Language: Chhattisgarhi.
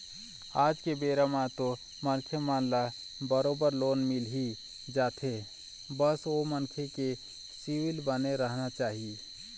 आज के बेरा म तो मनखे मन ल बरोबर लोन मिलही जाथे बस ओ मनखे के सिविल बने रहना चाही